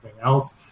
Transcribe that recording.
else